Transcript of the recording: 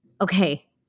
Okay